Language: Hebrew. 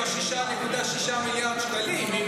עם 6.6 מיליארד השקלים,